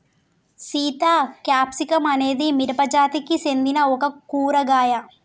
Sita capsicum అనేది మిరపజాతికి సెందిన ఒక కూరగాయ